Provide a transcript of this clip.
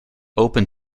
open